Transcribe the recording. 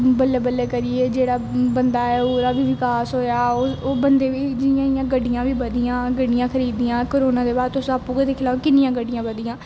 बल्लें बल्लें करियै जेहड़ा बंदा ऐ ओह् ओहदा बी बिकास होया ओह् बंदे बी जियां जियां गड्डियां बी बधियां गड्डियां खरीदयां करोना दे बाद तुस आपूं गै दिक्खी लो किन्निया गड्डियां बधियां